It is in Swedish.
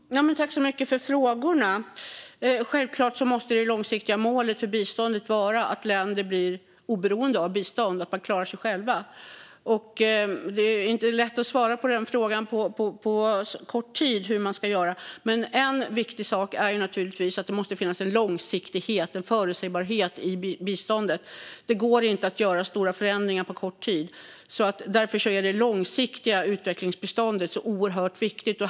Fru talman! Jag tackar så mycket för frågorna. Självklart måste det långsiktiga målet för biståndet vara att länder blir oberoende av bistånd och klarar sig själva. Det är inte lätt att på så kort tid svara på frågan hur man ska göra. En viktig sak är naturligtvis att det måste finnas långsiktighet och förutsägbarhet i biståndet. Det går inte att göra stora förändringar på kort tid; därför är det långsiktiga utvecklingsbiståndet oerhört viktigt.